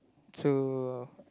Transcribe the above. so